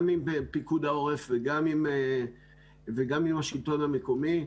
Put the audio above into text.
גם עם פיקוד העורף וגם עם השלטון המקומי,